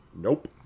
Nope